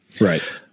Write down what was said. Right